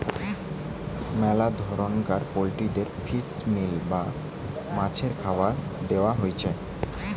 মেলা ধরণকার পোল্ট্রিদের ফিশ মিল বা মাছের খাবার দেয়া হতিছে